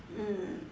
mm